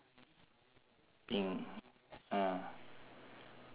pink ah